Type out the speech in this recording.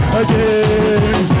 again